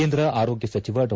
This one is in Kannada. ಕೇಂದ್ರ ಆರೋಗ್ಯ ಸಚಿವ ಡಾ